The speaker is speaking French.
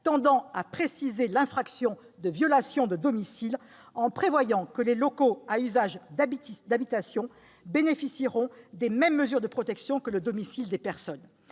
tendant à préciser l'infraction de violation de domicile, en prévoyant que les locaux à usage d'habitation bénéficieront des mêmes mesures de protection que le domicile des personnes.